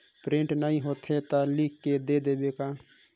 Print नइ होथे ता लिख के दे देबे का?